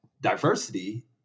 diversity